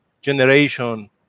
generation